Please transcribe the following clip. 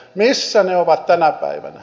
missä ne ovat tänä päivänä